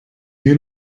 you